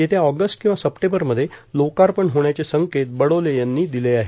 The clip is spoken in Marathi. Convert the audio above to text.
येत्या ऑगस्ट किंवा सप्टेंबरमध्ये लोकार्पण होण्याचे संकेत बडोले यांनी दिले आहेत